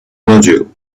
module